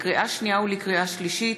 לקריאה שנייה ולקריאה שלישית,